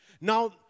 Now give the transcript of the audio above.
Now